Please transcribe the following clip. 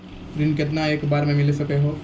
ऋण केतना एक बार मैं मिल सके हेय?